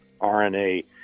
RNA